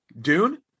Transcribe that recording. dune